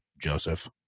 Joseph